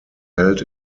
held